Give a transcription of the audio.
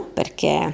perché